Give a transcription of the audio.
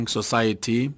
Society